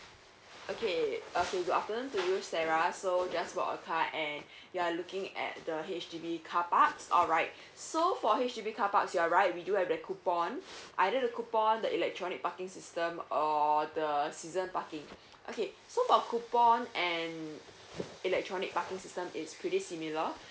okay okay good afternoon to you sarah so just bought a car and you are looking at the H_D_B carparks alright so for H_D_B carparks you're right we do have the coupon either the coupon the electronic parking system or the season parking okay so for coupon and electronic parking system is pretty similar